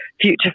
future